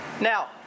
Now